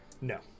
no